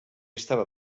estava